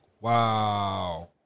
Wow